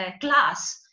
class